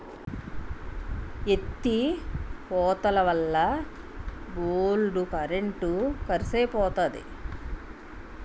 ఎత్తి పోతలవల్ల బోల్డు కరెంట్ కరుసైపోతంది